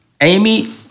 Amy